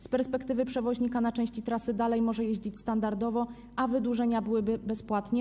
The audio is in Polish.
Z perspektywy przewoźnika na części trasy dalej może jeździć standardowo, a wydłużenia byłyby bezpłatnie.